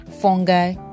fungi